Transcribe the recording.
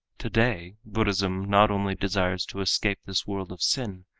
today buddhism not only desires to escape this world of sin,